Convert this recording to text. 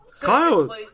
Kyle